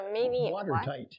watertight